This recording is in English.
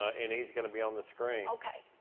ah and he's going to be on the screen. okay.